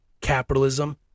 capitalism